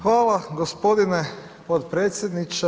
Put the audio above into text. Hvala gospodine podpredsjedniče.